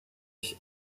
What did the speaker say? ich